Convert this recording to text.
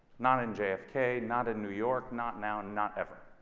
not in j f k. not in new york, not now, not ever.